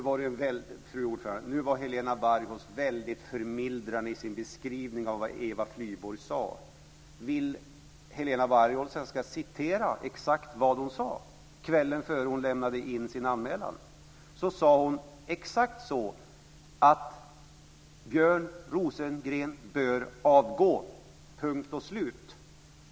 Fru talman! Nu var Helena Bargholtz väldigt förmildrande i sin beskrivning av vad Eva Flyborg sade. Vill Helena Bargholtz att jag ska citera exakt vad hon sade? Kvällen innan hon lämnade in sin anmälan sade hon exakt så här: Björn Rosengren bör avgå - punkt och slut.